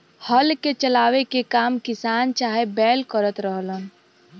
हल के चलावे के काम किसान चाहे बैल करत रहलन